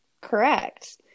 correct